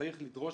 צריך לדרוש